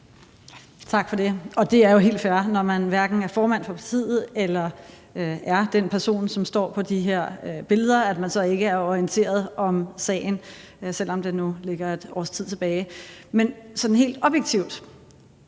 Tak for det. Det er jo helt fair, når man hverken er formand for partiet eller er den person, som er på de her billeder, at man så ikke er orienteret om sagen, selv om den nu ligger et års tid tilbage. Men sådan helt objektivt: